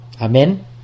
amen